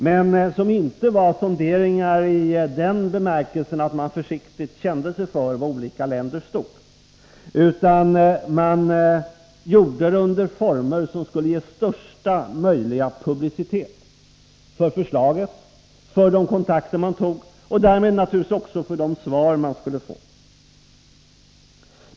Men det var inte sonderingar i den bemärkelse att man försiktigt kände sig för var olika länder stod, utan man använde sig av former som skulle ge största möjliga publicitet för förslaget, för de kontakter som man tog och därmed naturligtvis också för de svar som man skulle få.